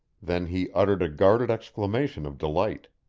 then he uttered a guarded exclamation of delight.